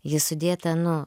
ji sudėta nu